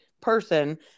person